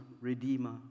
redeemer